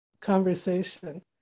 Conversation